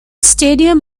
stadium